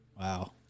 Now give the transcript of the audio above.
wow